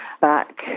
back